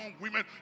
women